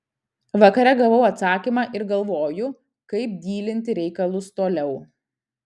vakare gavau atsakymą ir galvoju kaip dylinti reikalus toliau